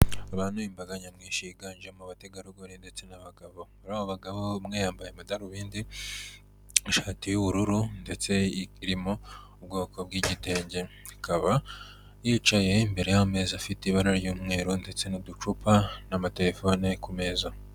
Abantu imbaga nyamwinshi yiganjemo abategarugori ndetse n'abagabo. Muri abo bagabo umwe yambaye amadarubindi, ishati y'ubururu ndetse irimo ubwoko bw'igitenge, akaba yicaye imbere y'ameza afite ibara ry'umweru ndetse n'uducupa n'amatelefone ku meza.